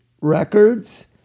records